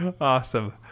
Awesome